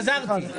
חזרתי.